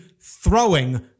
throwing